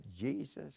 Jesus